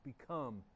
become